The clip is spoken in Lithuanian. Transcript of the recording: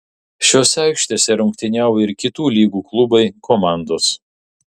šiose aikštėse rungtyniauja ir kitų lygų klubai komandos